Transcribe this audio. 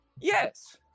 Yes